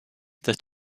the